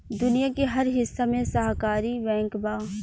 दुनिया के हर हिस्सा में सहकारी बैंक बा